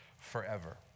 forever